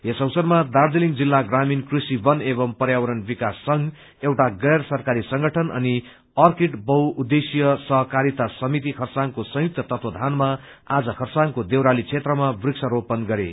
यस अवसरमा दार्जीलिङ जिल्ला ग्रामीण कृषि वन एवं पर्यावरण विकास संघ एउटा गैर सरकारी संगठन अनि अर्किड बहुउद्देश्यीय सहकारिता समिति खरसाङको संयुक्त तत्वावधानमा आज खरसाङको देवराली क्षेत्रमा वृक्षारोपन गरे